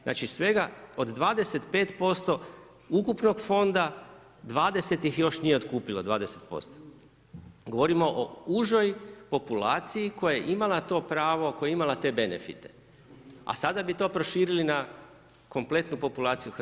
Znači svega od 25% ukupnog fonda 20 ih još nije otkupilo 20%. govorimo o užoj populaciji koja je imala to pravo, koja je imala te benefite, a sada bi to proširili na kompletnu populaciju Hrvatske.